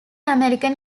american